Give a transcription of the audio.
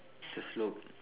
it's a slope